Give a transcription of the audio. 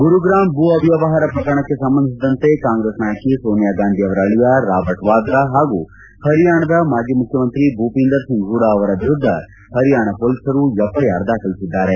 ಗುರುಗ್ರಾಮ್ ಭೂ ಅವ್ನವಹಾರ ಪ್ರಕರಣಕ್ಕೆ ಸಂಬಂಧಿಸಿದಂತೆ ಕಾಂಗ್ರೆಸ್ ನಾಯಕಿ ಸೋನಿಯಾ ಗಾಂಧಿ ಅವರ ಅಳಿಯ ರಾಬರ್ಟ್ ವಾದ್ರಾ ಹಾಗೂ ಪರಿಯಾಣದ ಮಾಜಿ ಮುಖ್ಯಮಂತ್ರಿ ಭೂಪಿಂದರ್ ಸಿಂಗ್ ಹೂಡಾ ಅವರ ವಿರುದ್ದ ಹರಿಯಾಣ ಪೊಲೀಸರು ಎಫ್ಐಆರ್ ದಾಖಲಿಸಿದ್ದಾರೆ